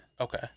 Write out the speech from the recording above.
Okay